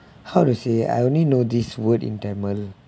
how to say I only know this word in tamil